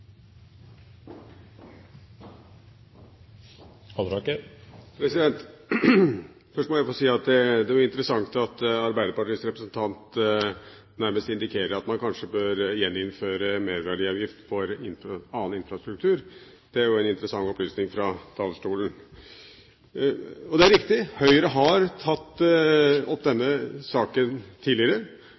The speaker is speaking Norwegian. interessant at Arbeiderpartiets representant nærmest indikerer at man kanskje bør gjeninnføre merverdiavgift for annen infrastruktur. Det er jo en interessant opplysning fra talerstolen. Det er riktig at Høyre har tatt opp denne saken tidligere.